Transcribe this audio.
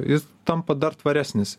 jis tampa dar tvaresnis